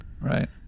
Right